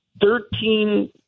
Thirteen